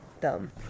Dumb